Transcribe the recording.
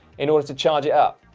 in order to charge it up.